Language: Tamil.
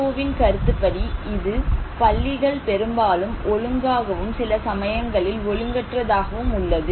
ஓ வின் கருத்துப்படி இது பள்ளிகள் பெரும்பாலும் ஒழுங்காகவும் சில சமயங்களில் ஒழுங்கற்ற தாகவும் உள்ளது